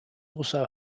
also